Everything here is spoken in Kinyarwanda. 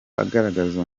agaragaza